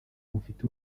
bufite